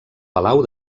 palau